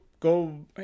go